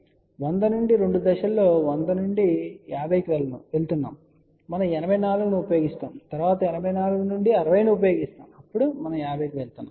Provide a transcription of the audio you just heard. కాబట్టి 100 నుండి రెండు దశల్లో 100 నుండి 50 కి వెళ్తున్నాము మనం 84 ను ఉపయోగిస్తాము మరియు తరువాత 84 నుండి 60 ను ఉపయోగిస్తాము అప్పుడు మనం 50Ω కి వెళ్ళాము